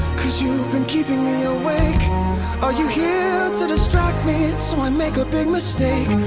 cause you've been keeping me awake are you here to distract me and so i make a big mistake?